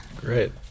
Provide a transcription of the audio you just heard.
Great